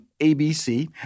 ABC